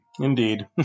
Indeed